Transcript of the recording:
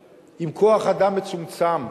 עם כוח-אדם מצומצם,